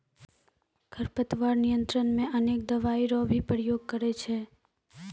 खरपतवार नियंत्रण मे अनेक दवाई रो भी प्रयोग करे छै